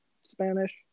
Spanish